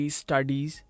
studies